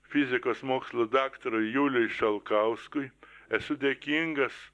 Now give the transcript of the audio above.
fizikos mokslų daktarui juliui šalkauskui esu dėkingas